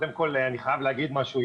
קודם כל אני חייב להגיד משהו,